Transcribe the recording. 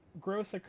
gross